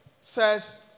says